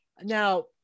Now